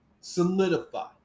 solidify